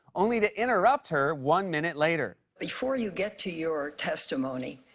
only to interrupt her one minute later. before you get to your testimony,